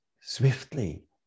swiftly